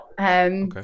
Okay